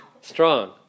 strong